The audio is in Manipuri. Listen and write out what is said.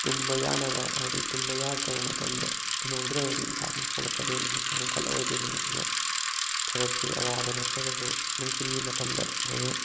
ꯇꯨꯝꯕ ꯌꯥꯅꯕ ꯍꯥꯏꯕꯗꯤ ꯇꯨꯝꯕ ꯌꯥꯔꯛꯇꯕ ꯃꯇꯝꯗ ꯇꯨꯝꯍꯧꯗ꯭ꯔꯒꯗꯤ ꯏꯁꯥꯁꯤ ꯁꯣꯛꯂꯛꯀꯗꯣꯏꯅꯦ ꯍꯛꯆꯥꯡ ꯐꯠꯂꯛꯑꯣꯏꯗꯣꯏꯅꯤ ꯑꯗꯨꯅ ꯊꯕꯛꯁꯤ ꯑꯋꯥꯕ ꯅꯠꯇ꯭ꯔꯒꯁꯨ ꯅꯨꯡꯊꯤꯟꯒꯤ ꯃꯇꯝꯗ ꯑꯩꯈꯣꯏꯅ